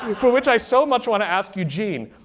um for which i so much want to ask eugene,